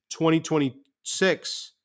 2026